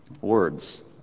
Words